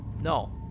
no